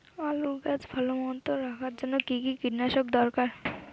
আলুর গাছ ভালো মতো রাখার জন্য কী কী কীটনাশক দরকার?